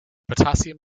potassium